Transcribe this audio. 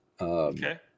Okay